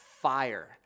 fire